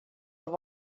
i’ve